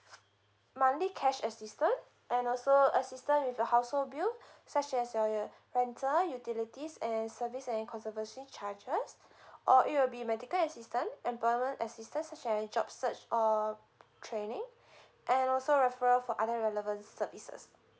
monthly cash assistance and also assistant with your household bill such as uh your rental utilities and service and conservancy charges or it will be medical assistant employment assistant such as a job search or training and also referral for other relevant services